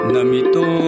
Namito